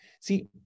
see